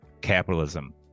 capitalism